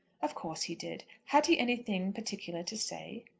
of course he did. had he anything particular to say!